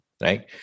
right